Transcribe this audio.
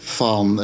van